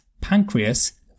pancreas